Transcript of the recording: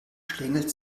schlängelt